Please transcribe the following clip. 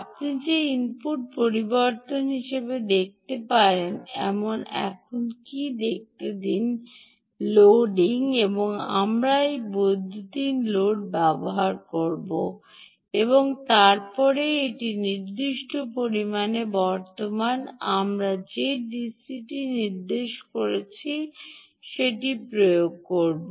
আপনি যে ইনপুট পরিবর্তন হিসাবে দেখতে পারেন এখন দেখতে দিন লোডিং আমরা একটি বৈদ্যুতিন লোড ব্যবহার করব এবং তারপরে একটি নির্দিষ্ট পরিমাণের বর্তমান এবং আমরা যে ডিসিটি নির্দেশ করতে চাইছি সেটি প্রয়োগ করব